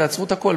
תעצרו את הכול,